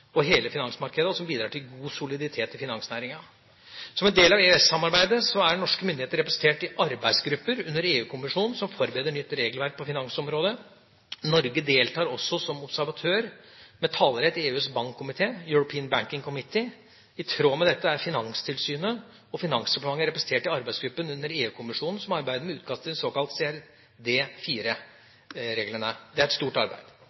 og hele finansmarkedet, og som bidrar til god soliditet i finansnæringa. Som en del av EØS-samarbeidet er norske myndigheter representert i arbeidsgrupper under EU-kommisjonen som forbereder nytt regelverk på finansområdet. Norge deltar også som observatør, med talerett, i EUs bankkomité, The European Banking Committee. I tråd med dette er Finanstilsynet og Finansdepartementet representert i arbeidsgruppen under EU-kommisjonen som arbeider med utkast til de såkalte CRD IV-reglene. Det er et stort arbeid.